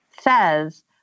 says